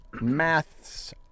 maths